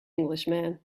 englishman